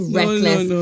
reckless